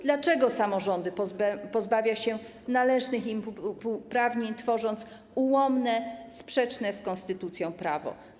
Dlaczego samorządy pozbawia się należnych im uprawnień, tworząc ułomne, sprzeczne z konstytucją prawo?